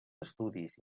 estudis